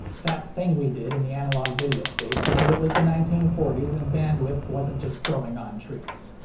that thing we did in the analog video space because it was the nineteen forty s and bandwidth wasn't just growing on trees.